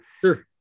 sure